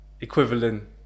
equivalent